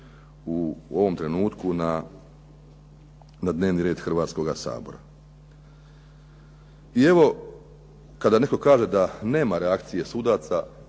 u ovom trenutku na dnevni red Hrvatskoga sabora. I evo, kada netko kaže da nema reakcije sudaca,